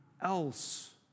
else